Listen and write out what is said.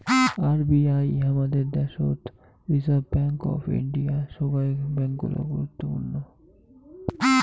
RBI হামাদের দ্যাশোত reserve bank of India, সোগায় গুরুত্বপূর্ণ ব্যাঙ্ক